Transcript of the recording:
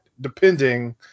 depending